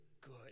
good